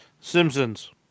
Simpsons